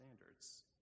standards